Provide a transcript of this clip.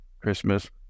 Christmas